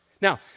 Now